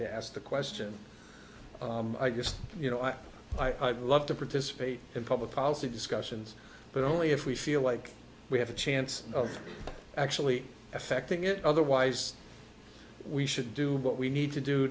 to ask the question i just you know i i'd love to participate in public policy discussions but only if we feel like we have a chance of actually affecting it otherwise we should do what we need to do